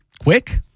quick